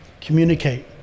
communicate